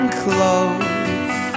close